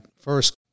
first